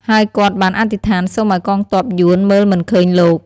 ហើយគាត់បានអធិដ្ឋានសូមឲ្យកងទ័ពយួនមើលមិនឃើញលោក។